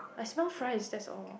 I smell fries that's all